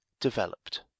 developed